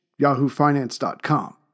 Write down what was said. yahoofinance.com